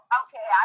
okay